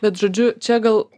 bet žodžiu čia gal